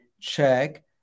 check